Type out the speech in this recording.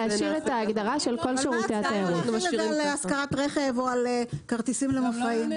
מה ההצדקה להחיל על השכרת רכב או כרטיסים למופעים?